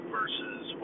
versus